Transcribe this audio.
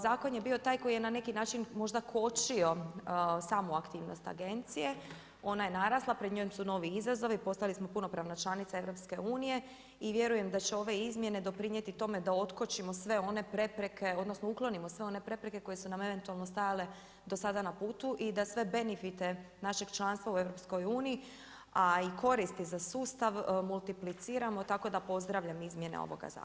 Zakon je bio taj koji je na neki način možda kočio samu aktivnost agencije, ona je narasla, pred njom su novi izazovi, postali smo punopravna članica EU i vjerujem da će ove izmjene doprinijeti tome da otkočimo sve one prepreke odnosno uklonimo sve one prepreke koje su nam eventualno stajale do sada na putu i da sve benifite našeg članstva u EU, a i koristi za sustav multipliciramo tako da pozdravljam izmjene ovoga zakona.